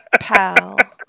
Pal